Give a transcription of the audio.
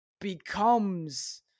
becomes